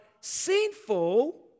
sinful